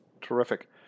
Terrific